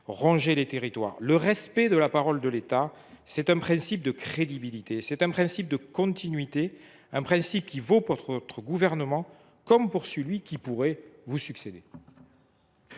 ronger les territoires. Le respect de la parole de l’État obéit à un principe de crédibilité et de continuité. Ce principe vaut pour votre gouvernement comme pour celui qui pourrait vous succéder.